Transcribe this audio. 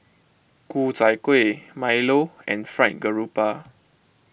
Ku Chai Kuih Milo and Fried Garoupa